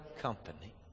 company